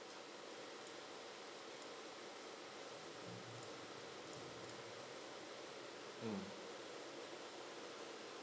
mm